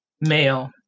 male